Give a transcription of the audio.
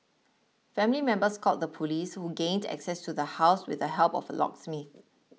family members called the police who gained access to the house with the help of a locksmith